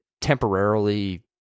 temporarily